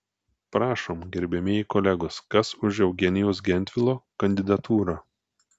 prašom gerbiamieji kolegos kas už eugenijaus gentvilo kandidatūrą